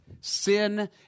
sin